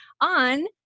on